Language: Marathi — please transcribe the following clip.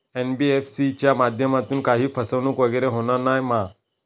एन.बी.एफ.सी च्या माध्यमातून काही फसवणूक वगैरे होना नाय मा?